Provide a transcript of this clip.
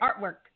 artwork